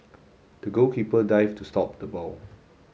the goalkeeper dived to stop the ball